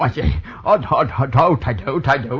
um da ah da da da da like